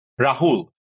Rahul